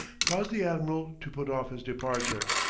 caused the admiral to put off his departure.